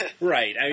Right